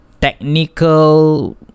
technical